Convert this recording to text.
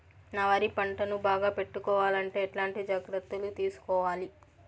నా వరి పంటను బాగా పెట్టుకోవాలంటే ఎట్లాంటి జాగ్రత్త లు తీసుకోవాలి?